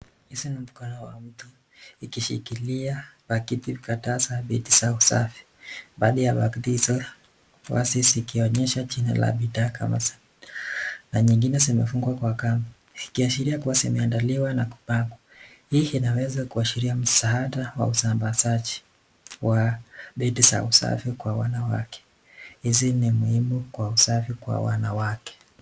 Inaonekana kuna mtu akishikilia pakiti za katasi zao safi. Baadhi ya pakiti hizo zinasikiki inayoonyesha jina la bidhaa kama Always na nyingine zimefungwa kwa kamba. Ikisihiria kuwa zimeandaliwa na kupakua. Hii inaweza kuashiria msaada wa usambazaji wa bidhaa za usafi kwa wanawake. Hizi ni muhimu kwa usafi kwa wanawake.